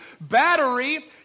battery